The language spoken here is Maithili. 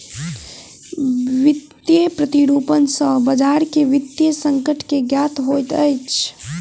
वित्तीय प्रतिरूपण सॅ बजार के वित्तीय संकट के ज्ञात होइत अछि